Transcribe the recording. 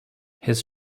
his